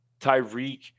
Tyreek